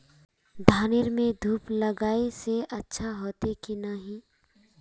धानेर में धूप लगाए से अच्छा होते की नहीं?